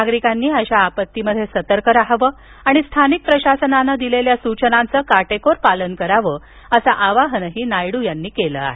नागरिकांनी अशा आपत्तीमध्ये सतर्क राहावं आणि स्थानिक प्रशासनानं दिलेल्या सूचनांचं काटेकोर पालन करावं असं आवाहनही नायडू यांनी केलं आहे